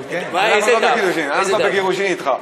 אנחנו בגירושין אתך.